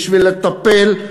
בשביל לטפל,